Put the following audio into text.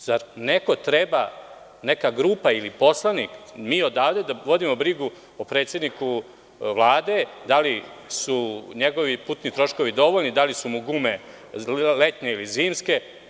Zar neka grupa ili poslanik ili mi odavde treba da vodimo brigu o predsedniku Vlade da li su njegovi putni troškovi dovoljni, da li su mu gume letnje ili zimske?